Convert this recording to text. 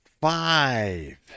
five